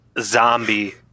zombie